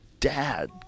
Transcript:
Dad